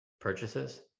purchases